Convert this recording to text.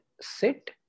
sit